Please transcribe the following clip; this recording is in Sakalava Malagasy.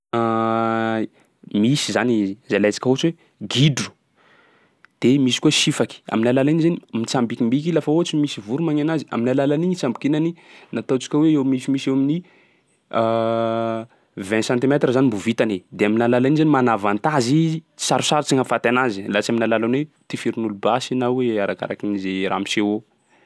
Misy zany izy, zay alaintsika ohatsy hoe gidro, de misy koa sifaky. Amin'ny alalan'iny zainy mitsambikimbiky lafa ohatsy misy voro magny anazy, amin'ny alalan'iny itsambikinany na ataontsika hoe eo misimisy eo amin'ny vingt centimètre zany mbo vitany e. De amin'ny alalan'iny zany mana avantage izy, sarosarotsy gny ahafaty anazy laha tsy amin'ny alalan'ny hoe tifirin'olo basy i na hoe arakarakin'zay raha miseho eo.